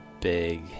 big